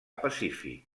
pacífic